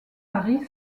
paris